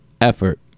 effort